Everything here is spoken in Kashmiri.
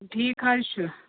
ٹھیٖک حظ چھُ